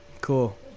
cool